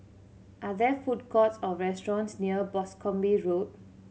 are there food courts or restaurants near Boscombe Road